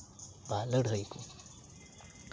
ᱵᱟ ᱞᱟᱹᱲᱦᱟᱹᱭ ᱠᱚ